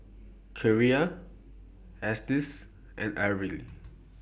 Kierra Estes and Arly